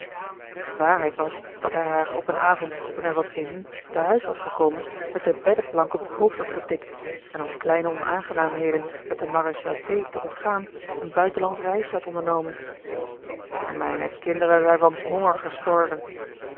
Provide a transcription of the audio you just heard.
de waarheid was dat hij haar op een avond toen hij wat ému te huis was gekomen met de beddeplank op het hoofd had getikt en om kleine onaangenaamheden met de maréchaussée te ontgaan een buitenlandsch reisje had ondernomen en mijne kinderen zijn van honger gestorven